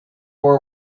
four